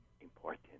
important